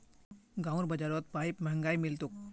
गांउर बाजारत पाईप महंगाये मिल तोक